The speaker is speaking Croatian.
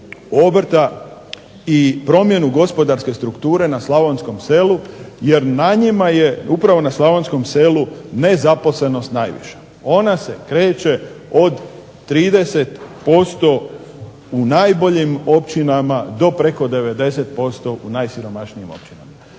obrta i promjenu gospodarske strukture na slavonskom selu jer na njima je, upravo na slavonskom selu nezaposlenost najviša. Ona se kreće od 30% u najboljim općinama do preko 90% u najsiromašnijim općinama.